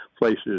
places